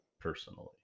personally